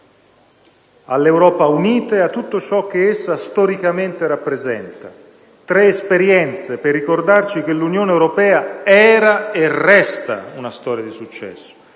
all'Europa unita e a tutto ciò che essa storicamente rappresenta; tre esperienze per ricordarci che l'Unione europea era e resta una storia di successo.